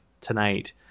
tonight